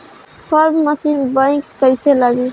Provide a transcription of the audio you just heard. Form machine bank कईसे लागी?